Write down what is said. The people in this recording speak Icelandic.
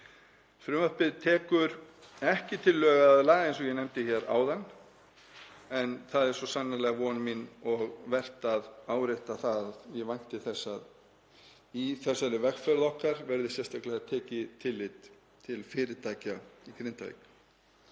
skref. Frumvarpið tekur ekki til lögaðila, eins og ég nefndi hér áðan, en það er svo sannarlega von mín og vert að árétta það að ég vænti þess að í þessari vegferð okkar verði sérstaklega tekið tillit til fyrirtækja í Grindavík.